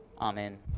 Amen